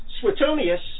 Suetonius